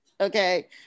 Okay